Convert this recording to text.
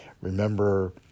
remember